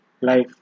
life